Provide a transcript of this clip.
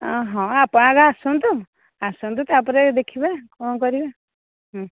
ହଁ ଆପଣ ଆଗେ ଆସନ୍ତୁ ଆସନ୍ତୁ ତା'ପରେ ଦେଖିବା କ'ଣ କରିବା